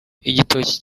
igitoki